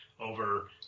over